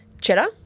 Cheddar